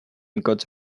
got